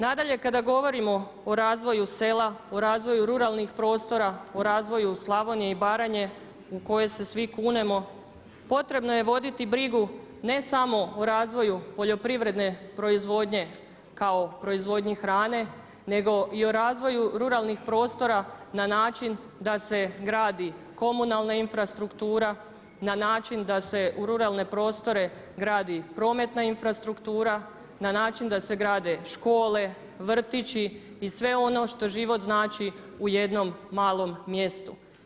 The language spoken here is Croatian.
Nadalje, kada govorimo o razvoju sela, o razvoju ruralnih prostora, o razvoju Slavonije i Baranje u koje se svi kunemo potrebno je voditi brigu ne samo o razvoju poljoprivredne proizvodnje kao proizvodnje hrane nego i o razvoju ruralnih prostora na način da se gradi komunalna infrastruktura na način da se u ruralne prostore gradi prometna infrastruktura, na način da se grade škole, vrtići i sve ono što život znači u jednom malom mjestu.